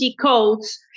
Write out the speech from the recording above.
codes